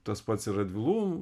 tas pats ir radvilų